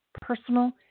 personal